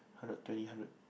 hundred twenty hundred